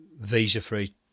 visa-free